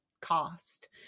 cost